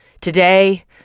today